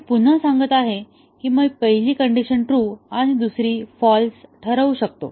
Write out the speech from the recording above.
मी हे पुन्हा सांगत आहे की मी पहिली कंडिशन ट्रू दुसरी फाँल्स ठरवू शकतो